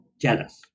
jealous